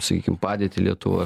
sakykim padėtį lietuvoj